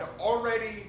already